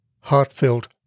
heartfelt